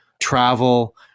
travel